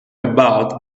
about